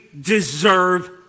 deserve